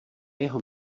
jeho